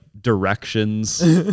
directions